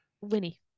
Winnie